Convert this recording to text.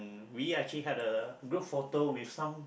we actually had a group photo with some